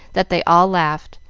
that they all laughed,